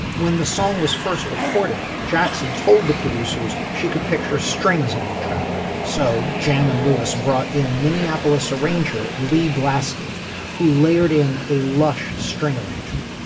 when the song was first recorded jackson told the producers. she could picture strings on the track so jam and lewis brought in minneapolis arranger lee blasko who labored in a lush string arrangement.